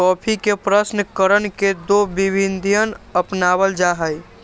coffee के प्रशन करण के दो प्रविधियन अपनावल जा हई